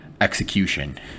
execution